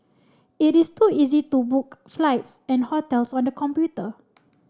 it is to easy to book flights and hotels on the computer